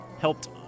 helped